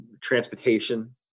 transportation